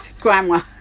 Grandma